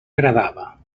agradava